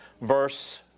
verse